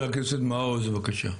חבר הכנסת מעוז, בבקשה.